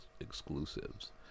exclusives